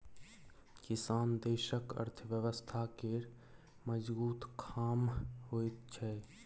किसान देशक अर्थव्यवस्था केर मजगुत खाम्ह होइ छै